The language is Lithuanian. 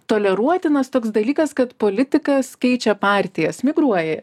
toleruotinas toks dalykas kad politikas keičia partijas migruoja